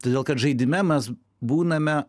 todėl kad žaidime mes būname